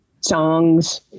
songs